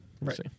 right